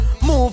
Move